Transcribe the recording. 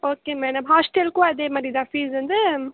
okay madam ஹாஸ்ட்டலுக்கும் அதேமாதிரி தான் ஃபீஸ் வந்து